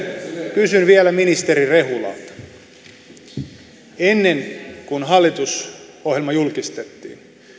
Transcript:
kysyn vielä ministeri rehulalta ennen kuin hallitusohjelma julkistettiin